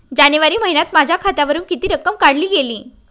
जानेवारी महिन्यात माझ्या खात्यावरुन किती रक्कम काढली गेली?